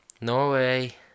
Norway